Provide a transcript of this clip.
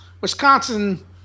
Wisconsin